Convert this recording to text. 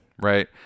right